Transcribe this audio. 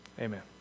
Amen